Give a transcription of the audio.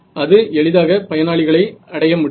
அது எளிதாக பயனாளிகளை அடைய முடியும்